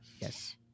Yes